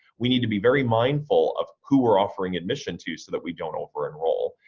we need to be very mindful of who we're offering admission to so that we don't over enroll.